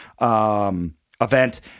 event